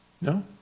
No